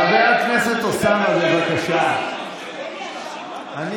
חבר הכנסת אוסאמה, בבקשה, חבל על הבריאות.